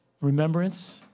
remembrance